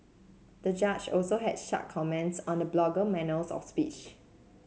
the judge also had sharp comments on the blogger's manner of speech